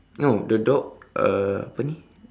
no the dog uh apa ini